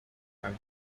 are